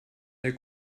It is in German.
der